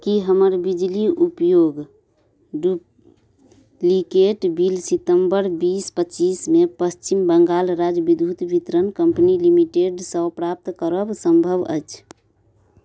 कि हमर बिजली उपयोग डुप्लिकेट बिल सितम्बर बीस पचीसमे पच्छिम बङ्गाल राज्य विद्युत वितरण कम्पनी लिमिटेडसे प्राप्त करब सम्भव अछि